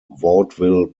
vaudeville